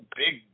big